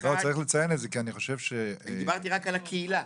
דיברתי רק על הקהילה.